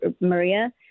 Maria